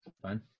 Fine